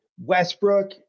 Westbrook